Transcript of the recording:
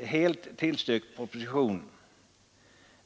helt tillstyrkt propositionens förslag.